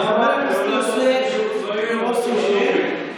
למה לא לעשות שירות צבאי או שירות לאומי?